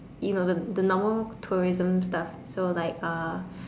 you know the normal tourism stuff so like uh